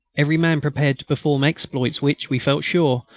every man prepared to perform exploits which, we felt sure,